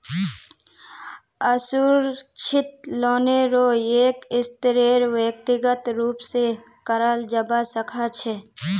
असुरक्षित लोनेरो एक स्तरेर व्यक्तिगत रूप स कराल जबा सखा छ